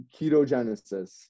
ketogenesis